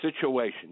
situation